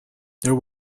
there